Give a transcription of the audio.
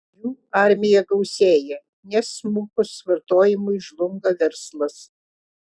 jų armija gausėja nes smukus vartojimui žlunga verslas